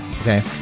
okay